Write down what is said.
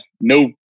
no